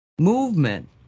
movement